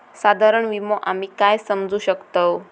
साधारण विमो आम्ही काय समजू शकतव?